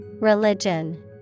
Religion